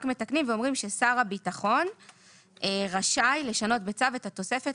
מתקנים ואומרים ששר הביטחון רשאי לשנות בצו את התוספת.